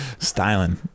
Styling